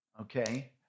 okay